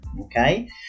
okay